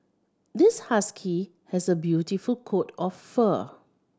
this husky has a beautiful coat of fur